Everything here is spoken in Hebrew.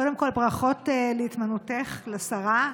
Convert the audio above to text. קודם כול ברכות על התמנותך לשרה.